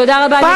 תודה רבה.